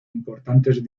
importantes